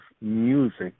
music